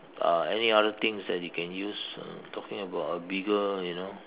uh any other things that you can use uh talking about a bigger you know